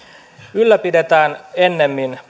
ylläpidetään ennemmin